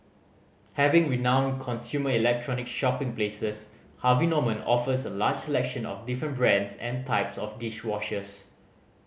having renowned consumer electronics shopping places Harvey Norman offers a largest selection of different brands and types of dish washers